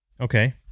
Okay